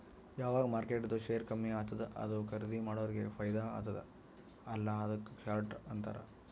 ಯಾವಗ್ ಮಾರ್ಕೆಟ್ದು ಶೇರ್ ಕಮ್ಮಿ ಆತ್ತುದ ಅದು ಖರ್ದೀ ಮಾಡೋರಿಗೆ ಫೈದಾ ಆತ್ತುದ ಅಲ್ಲಾ ಅದುಕ್ಕ ಶಾರ್ಟ್ ಅಂತಾರ್